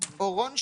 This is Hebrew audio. אורון שאול,